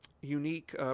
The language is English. unique